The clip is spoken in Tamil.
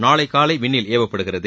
நாளை காலை விண்ணில் ஏவப்படுகிறது